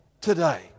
today